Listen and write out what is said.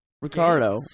ricardo